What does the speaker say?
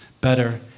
better